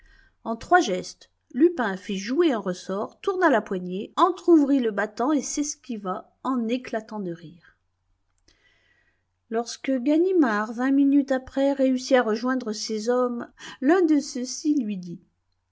en trois gestes lupin fit jouer un ressort tourna la poignée entr'ouvrit le battant et s'esquiva en éclatant de rire lorsque ganimard vingt minutes après réussit à rejoindre ses hommes l'un de ceux-ci lui dit